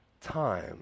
Time